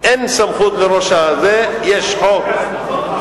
אין סמכות לראש העיר, יש חוק.